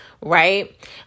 right